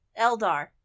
Eldar